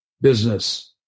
business